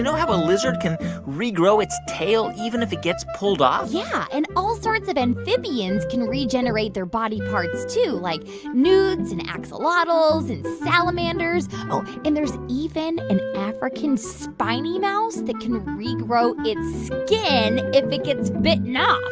know how a lizard can regrow its tail even if it gets pulled off? yeah. and all sorts of amphibians can regenerate their body parts too, like newts, and axolotls and salamanders. oh, and there's even an african spiny mouse that can regrow its skin if it gets bitten off